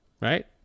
Right